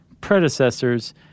predecessors